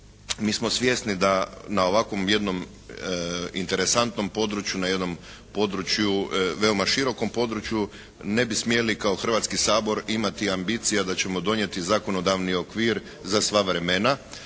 Mi smo svjesni da na ovakvom jednom interesantnom području, na jednom području, veoma širokom području ne bi smjeli kao Hrvatski sabor imati ambicija da ćemo donijeti zakonodavni okvir za sva vremena